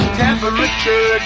temperature